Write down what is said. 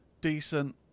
Decent